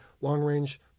long-range